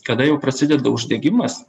kada jau prasideda uždegimas